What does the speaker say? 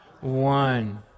one